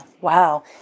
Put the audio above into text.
wow